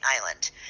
island